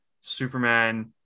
superman